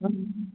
ହଉ